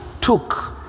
took